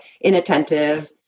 inattentive